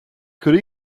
could